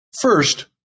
First